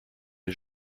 les